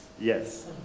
Yes